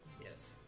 Yes